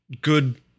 good